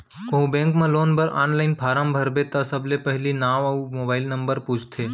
कोहूँ बेंक म लोन बर आनलाइन फारम भरबे त सबले पहिली नांव अउ मोबाइल नंबर पूछथे